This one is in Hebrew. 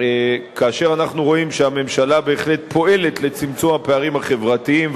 כאשר אנחנו רואים שהממשלה בהחלט פועלת לצמצום הפערים החברתיים,